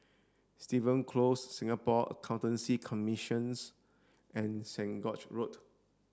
Stevens Close Singapore Accountancy Commission and Saint George Road